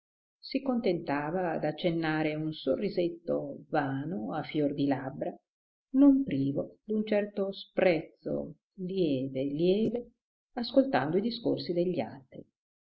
si contentava d'accennare un sorrisetto vano a fior di labbra non privo d'un certo sprezzo lieve lieve ascoltando i discorsi degli altri